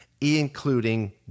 including